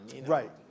Right